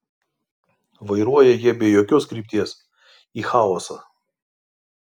vairuoja jie be jokios krypties į chaosą